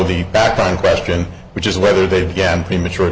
the background question which is whether they began premature